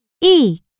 Eek